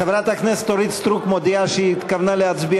חברת הכנסת אורית סטרוק מודיעה שהתכוונה להצביע